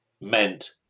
meant